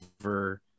over